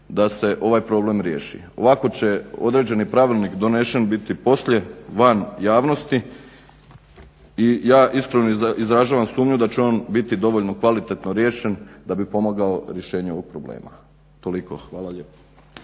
da se ovaj problem riješi. Ovako će određeni pravilnik donesen biti poslije van javnosti i ja iskreno izražavam sumnju da će on biti dovoljno kvalitetno riješen da bi pomogao rješenju ovog problema. Toliko, hvala lijepo.